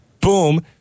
Boom